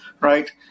right